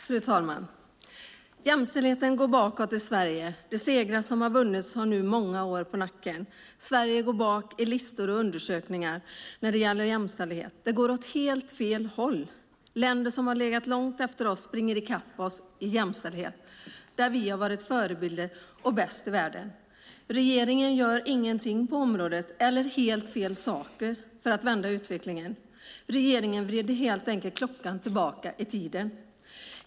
Fru talman! Jämställdheten går bakåt i Sverige. De segrar som har vunnits har nu många år på nacken. Sverige går bakåt i listor och undersökningar som gäller jämställdhet. Det går åt helt fel håll. Länder som har legat långt efter oss springer i kapp oss i jämställdhet där vi har varit förebilder och bäst i världen. Regeringen gör ingenting eller helt fel saker för att vända utvecklingen. Regeringen vrider helt enkelt klockan tillbaka.